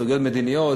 סוגיות מדיניות,